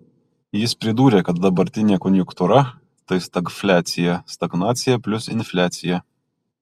jis pridūrė kad dabartinė konjunktūra tai stagfliacija stagnacija plius infliacija